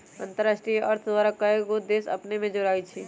अंतरराष्ट्रीय अर्थ द्वारा कएगो देश अपने में जोरायल हइ